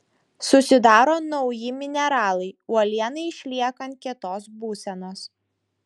susidaro nauji mineralai uolienai išliekant kietos būsenos